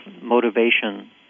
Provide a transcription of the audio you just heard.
motivation